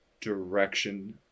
direction